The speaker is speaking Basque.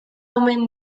omen